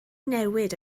newid